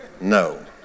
No